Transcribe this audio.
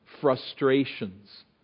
frustrations